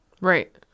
Right